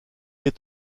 est